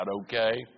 Okay